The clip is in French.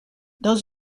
dans